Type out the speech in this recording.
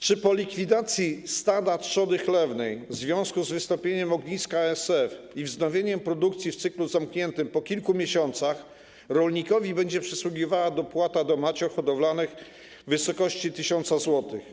Czy po likwidacji stada trzody chlewnej w związku z wystąpieniem ogniska ASF i wznowieniu produkcji w cyklu zamkniętym po kilku miesiącach rolnikowi będzie przysługiwała dopłata do macior hodowlanych w wysokości 1 tys. zł?